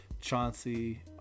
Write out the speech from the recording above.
chauncey